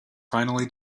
finally